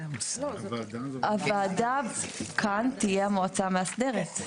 הוועדה כאן תהיה המועצה המאסדרת.